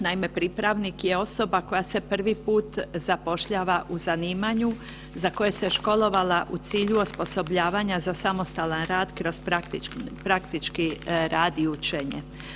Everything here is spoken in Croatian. Naime, pripravnik je osoba koja se prvi puta zapošljava u zanimanju za koje se školovala u cilju osposobljavanja za samostalan rad kroz praktički rad i učenje.